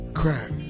crack